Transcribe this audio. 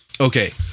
Okay